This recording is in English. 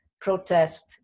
protest